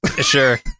sure